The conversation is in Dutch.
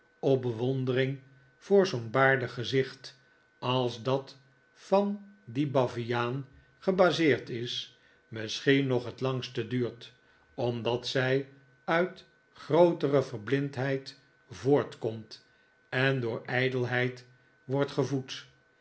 op de bewondering voor zoo'n baardig gezicht als dat van dien baviaan gebaseerd is misschien nog het langste duurt omdat zij uit grootere verblindheid voortkomt en door ijdelheid wordt gevoed